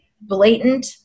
blatant